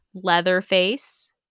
Leatherface